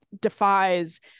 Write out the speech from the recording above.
defies